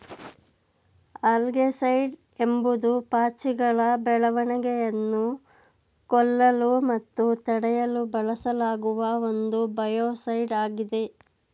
algaecide ಎಂಬುದು ಪಾಚಿಗಳ ಬೆಳವಣಿಗೆಯನ್ನು ಕೊಲ್ಲಲು ಮತ್ತು ತಡೆಯಲು ಬಳಸಲಾಗುವ ಒಂದು ಬಯೋಸೈಡ್ ಆಗಿದೆ